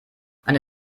eine